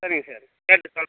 சரிங்க சார் கேட்டுட்டு சொல்